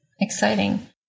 Exciting